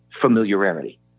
familiarity